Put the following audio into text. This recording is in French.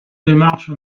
démarche